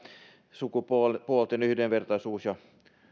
sukupuolten yhdenvertaisuus ja